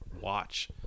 watch